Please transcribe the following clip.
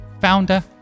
founder